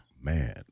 man